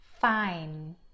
fine